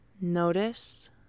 Notice